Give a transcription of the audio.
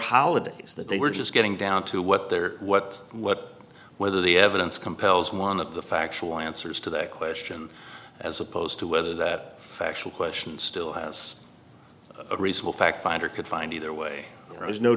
holidays that they were just getting down to what their what what whether the evidence compels one of the factual answers to that question as opposed to whether that actual question still has a reasonable fact finder could find either way there is no